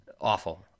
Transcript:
awful